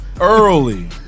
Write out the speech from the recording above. Early